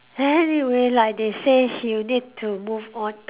anyway like they say he'll need to move on